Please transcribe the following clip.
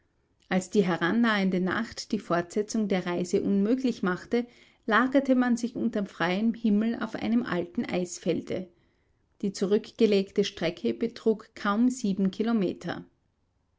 als die herannahende nacht die fortsetzung der reise unmöglich machte lagerte man sich unter freiem himmel auf einem alten eisfelde die zurückgelegte strecke betrug kaum sieben kilometer